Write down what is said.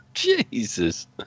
Jesus